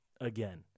again